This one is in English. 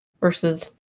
versus